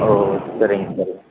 ஓ சரிங்க சரிங்க